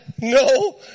No